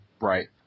Right